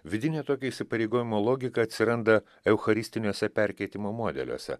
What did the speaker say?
vidinė tokio įsipareigojimo logika atsiranda eucharistiniuose perkeitimo modeliuose